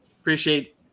appreciate